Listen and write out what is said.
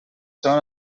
són